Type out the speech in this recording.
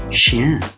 chien